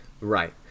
Right